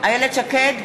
שקד,